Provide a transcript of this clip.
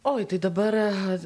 oi tai dabar